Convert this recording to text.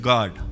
God